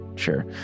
sure